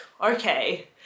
okay